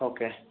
okay